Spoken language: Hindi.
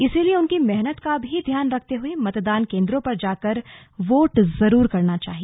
इसलिए उनकी मेहनत का भी ध्यान रखते हुए मतदान केन्द्रों पर जाकर वोट जरूर करना चाहिए